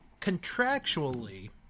Contractually